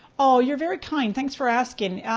oh, you're very kind, thanks for asking.